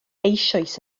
eisoes